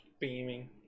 beaming